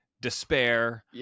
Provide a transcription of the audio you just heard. despair